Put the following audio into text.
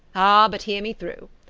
ah, but hear me through.